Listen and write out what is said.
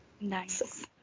Nice